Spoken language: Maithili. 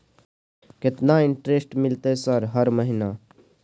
केतना इंटेरेस्ट मिलते सर हर महीना?